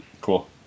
Cool